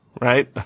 right